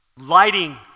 lighting